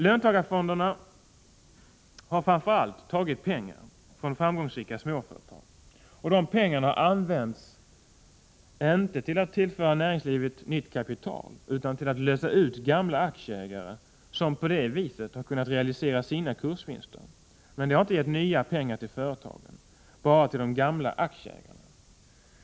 Löntagarfonderna har framför allt tagit pengar från framgångsrika småföretag. De pengarna har använts, inte för att tillföra näringslivet nytt kapital, utan för att lösa ut gamla aktieägare, som på det viset har kunnat realisera sina kursvinster. Men det har inte gett nya pengar till företagen, bara till de gamla aktieägarna.